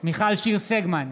מיכל שיר סגמן,